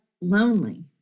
lonely